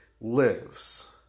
lives